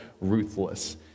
ruthless